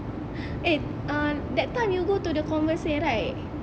eh ah that time you go to the Converse sale right